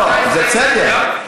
לא, בכנסת התשע עשרה, לא, זה בסדר.